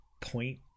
point